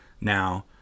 Now